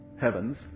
heavens